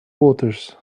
voters